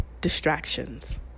distractions